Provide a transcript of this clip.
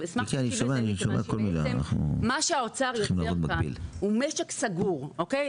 מה שהאוצר יוצר כאן הוא משק סגור, אוקיי?